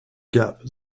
gap